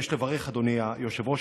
יש לברך אדוני היושב-ראש,